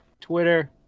Twitter